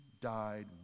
died